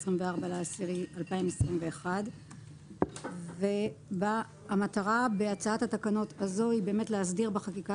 ב-24 באוקטובר 2021. המטרה בהצעת התקנות הזאת היא להסדיר בחקיקה